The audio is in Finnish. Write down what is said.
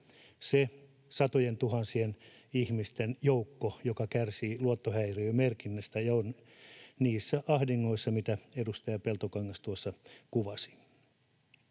sen satojentuhansien ihmisten joukon eteen, joka kärsii luottohäiriömerkinnästä ja on niissä ahdingoissa, mitä edustaja Peltokangas tuossa kuvasi.